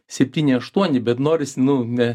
septyni aštuoni bet noris nu ne